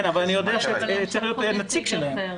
כן, אבל אני יודע שצריך להיות נציג שלהם.